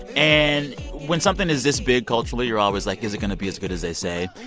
and when something is this big culturally, you're always, like, is it going to be as good as they say?